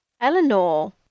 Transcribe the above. Eleanor